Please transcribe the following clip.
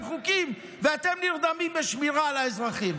חוקים ואתם נרדמים בשמירה על האזרחים.